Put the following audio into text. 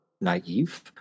naive